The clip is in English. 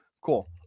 cool